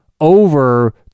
over